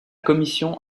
commission